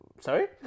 Sorry